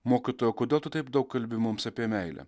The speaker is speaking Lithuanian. mokytojau o kodėl tu taip daug kalbi mums apie meilę